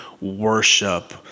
worship